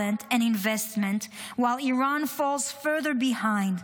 and investment while Iran falls further behind.